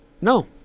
No